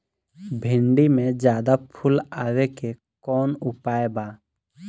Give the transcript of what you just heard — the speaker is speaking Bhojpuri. भिन्डी में ज्यादा फुल आवे के कौन उपाय बा?